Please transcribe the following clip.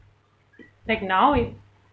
like now if